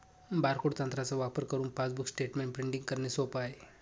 barcode तंत्राचा वापर करुन पासबुक स्टेटमेंट प्रिंटिंग करणे सोप आहे